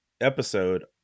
episode